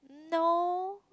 no